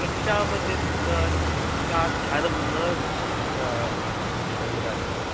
कक्ष्यामध्ये सा ध्यानं न ददाति